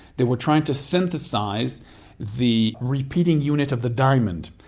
they were trying to synthesise the repeating unit of the diamond,